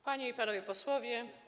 Panie i Panowie Posłowie!